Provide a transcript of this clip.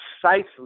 precisely